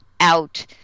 out